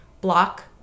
Block